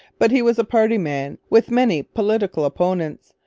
but he was a party man, with many political opponents,